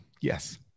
Yes